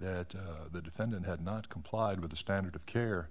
that the defendant had not complied with the standard of care